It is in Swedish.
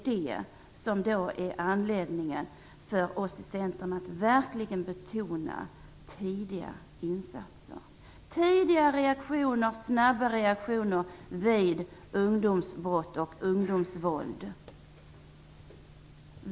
Det är anledningen för oss i Centern att verkligen betona tidiga insatser - tidiga och snabba reaktioner vid ungdomsbrott och ungdomsvåld.